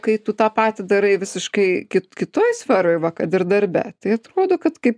kai tu tą patį darai visiškai kitoj sferoj va kad ir darbe tai atrodo kad kaip